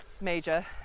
major